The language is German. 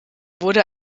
wurde